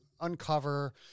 uncover